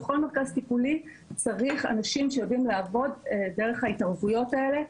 בכל מרכז טיפולי צריך אנשים שיודעים לעבוד דרך ההתערבויות האלה,